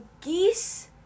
geese